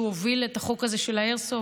שהוביל את החוק הזה של האיירסופט.